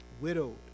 widowed